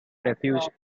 refuge